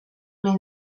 nahi